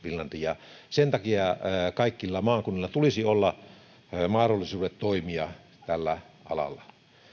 finlandiin sen takia kaikilla maakunnilla tulisi olla mahdollisuudet toimia tällä alalla